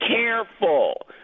careful